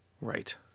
Right